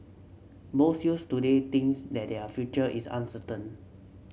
most youths today thinks that their future is uncertain